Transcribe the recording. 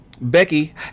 becky